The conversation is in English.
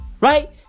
right